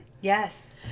Yes